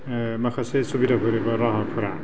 माखासे सुबिदाफोर एबा राहाफोरा